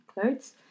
clothes